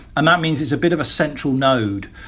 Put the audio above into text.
and that means it's a bit of a central node.